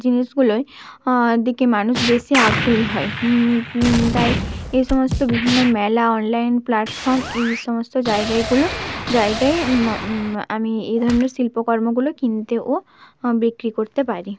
জিনিসগুলোই দিকে মানুষ বেশি আগ্রহী হয় তাই এই সমস্ত বিভিন্ন মেলা অনলাইন প্ল্যাটফর্ম এই সমস্ত জায়গা এগুলো জায়গায় আমি এই ধরনের শিল্পকর্মগুলো কিনতে ও বিক্রি করতে পারি